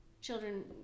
children